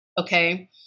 Okay